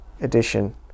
edition